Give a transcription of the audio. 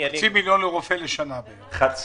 חצי מיליון שקל לרופא לשנה בערך.